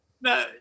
No